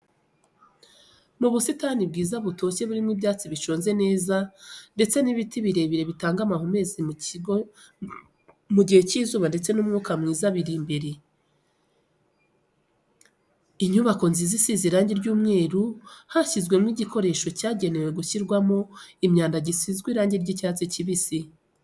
Mu busitani bwiza butoshye burimo ibyatsi biconze neza ndetse n'ibiti birebire bitanga amahumbezi mu gihe cy'izuba ndetse n'umwuka mwiza buri imbere y'inyubako nziza isize irangi ry'umweru hashyizwemo igikoresho cyagenewe gushyirwamo imyanda gisizwe irangi ry'icyatsi kibisi.